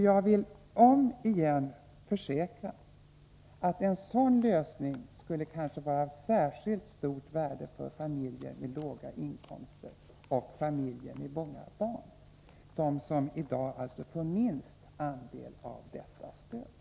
Jag vill återigen försäkra att en sådan lösning kanske skulle vara av särskilt stort värde för familjer med låga inkomster och familjer med många barn, de som alltså i dag får minst andel av stödet.